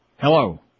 Hello